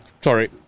Sorry